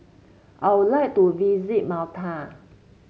I would like to visit Malta